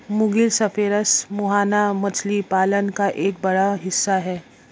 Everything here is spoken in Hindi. मुगिल सेफालस मुहाना मछली पालन का एक बड़ा हिस्सा है